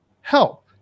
help